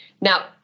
Now